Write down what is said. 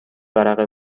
ورقه